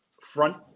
front